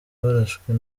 barashwe